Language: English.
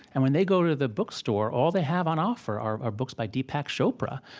and when they go to the bookstore, all they have on offer are are books by deepak chopra.